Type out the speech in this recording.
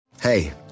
Hey